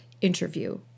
interview